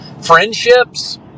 friendships